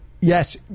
yes